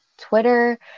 Twitter